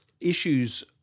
issues